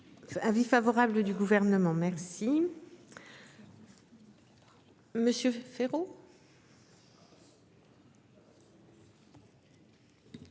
Avis favorable du gouvernement. Merci. Monsieur Féraud.